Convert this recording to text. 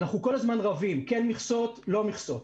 אנחנו כל הזמן רבים: כן מכסות או לא מכסות,